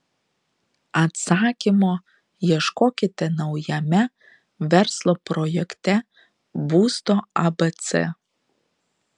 atsakymo ieškokite naujame verslo projekte būsto abc